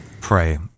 Pray